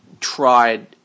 tried –